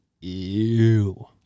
Ew